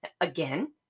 Again